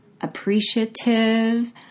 appreciative